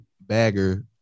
bagger